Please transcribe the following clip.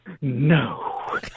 No